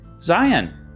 Zion